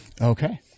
Okay